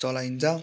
चलाइन्छ